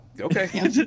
Okay